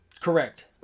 Correct